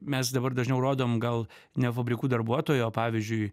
mes dabar dažniau rodom gal ne fabrikų darbuotoją o pavyzdžiui